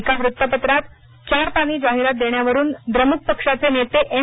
एक वृत्तपत्रात चार पानी जाहिरात देण्यावरून द्रमुक पक्षाचे नेते एम